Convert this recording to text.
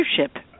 leadership